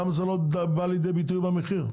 למה זה לא בא לידי ביטוי במחיר?